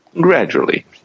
gradually